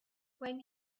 when